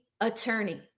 attorney